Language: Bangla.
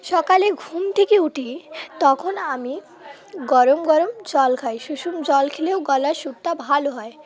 সকালে ঘুম থেকে উঠি তখন আমি গরম গরম জল খাই সুষুম জল খেলেও গলার সুটটা ভালো হয়